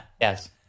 Yes